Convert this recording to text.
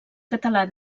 català